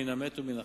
מן המת ומן החי.